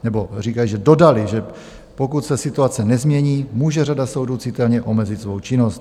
nebo říkají, že dodali, že pokud se situace nezmění, může řada soudů citelně omezit svou činnost.